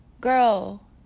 girl